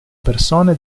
persone